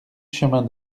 chemin